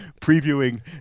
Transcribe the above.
previewing